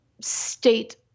state